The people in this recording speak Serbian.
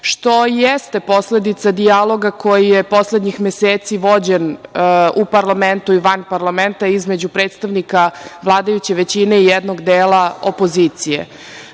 što jeste posledica dijaloga koji je poslednjih meseci vođen u parlamentu i van parlamenta između predstavnika vladajuće većine i jednog dela opozicije. Na